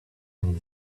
and